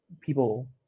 people